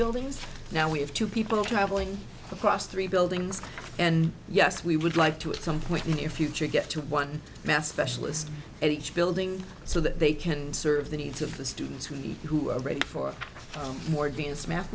buildings now we have two people traveling across three buildings and yes we would like to at some point in your future get to one mass specialist at each building so that they can serve the needs of the students who need who are ready for more advanced math